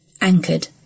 anchored